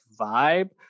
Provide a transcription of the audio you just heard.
vibe